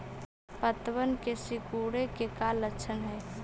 पत्तबन के सिकुड़े के का लक्षण हई?